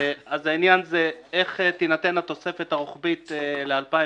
אז העניין הוא איך תינתן התוספת הרוחבית ל-2019.